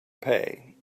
pay